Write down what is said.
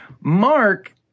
Mark